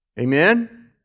Amen